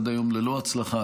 עד היום ללא הצלחה.